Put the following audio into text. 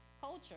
culture